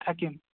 থাকিম